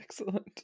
Excellent